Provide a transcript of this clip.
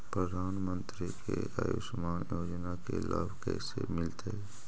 प्रधानमंत्री के आयुषमान योजना के लाभ कैसे मिलतै?